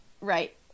Right